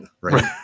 right